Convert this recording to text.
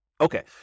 Okay